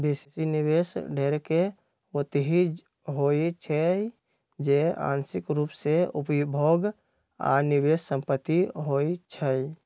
बेशी निवेश ढेरेक ओतहि होइ छइ जे आंशिक रूप से उपभोग आऽ निवेश संपत्ति होइ छइ